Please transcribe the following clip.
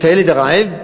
את הילד הרעב?